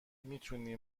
میتونی